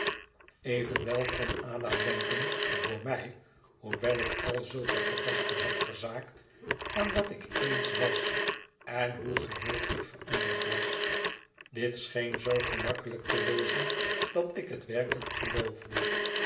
evenwel kon ada denken voor mij j hoewel ik al zulke gedachten had verzaakt aan wat ik eens was en hoe geheel ik veranderd was dit scheen zoo gemakkelijk te wezen dat ik het werkelijk geloofde